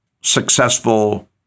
successful